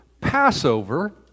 Passover